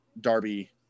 Darby